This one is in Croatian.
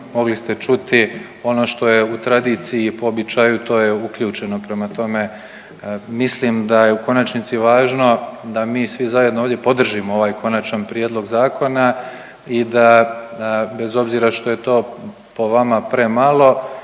mogli ste čuti ono što je u tradiciji, običaju to je uključeno. Prema tome, mislim, da je u konačnici važno da mi svi zajedno ovdje podržimo ovaj konačan prijedlog zakona i da bez obzira što je to po vama premalo,